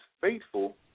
faithful